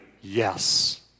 yes